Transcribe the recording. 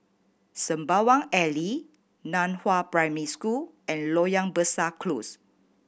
Sembawang Alley Nan Hua Primary School and Loyang Besar Close